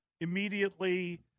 immediately –